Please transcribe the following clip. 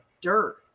dirt